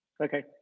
Okay